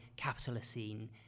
Capitalocene